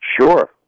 Sure